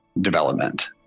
development